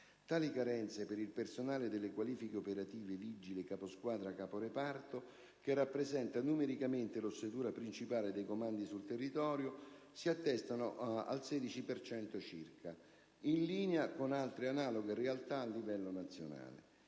Tali carenze, per il personale delle qualifiche operative (vigile, capo squadra, capo reparto), che rappresenta, numericamente, l'ossatura principale dei comandi sul territorio, si attestano al 16 per cento circa, in linea con altre analoghe realtà a livello nazionale.